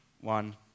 one